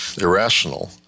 irrational